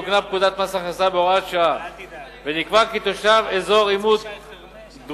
תוקנה פקודת מס הכנסה בהוראת שעה ונקבע כי תושב אזור עימות דרומי,